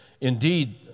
indeed